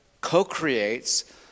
co-creates